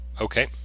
Okay